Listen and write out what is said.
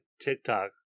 tiktok